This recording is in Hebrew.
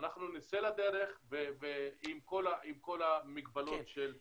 אנחנו נצא לדרך עם כל המגבלות של הקורונה.